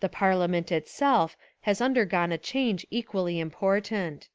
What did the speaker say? the parliament itself has under gone a change equally important.